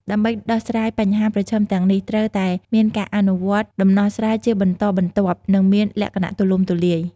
ដើម្បីដោះស្រាយបញ្ហាប្រឈមទាំងនេះ ត្រូវតែមានការអនុវត្តន៍ដំណោះស្រាយជាបន្តបន្ទាប់និងមានលក្ខណៈទូលំទូលាយ។